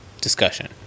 discussion